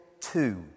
two